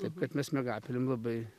taip kad mes miegapelėm labai